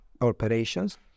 operations